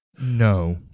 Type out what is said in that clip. No